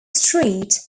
street